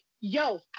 yo